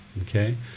okay